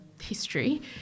history